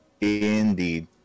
Indeed